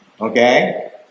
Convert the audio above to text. Okay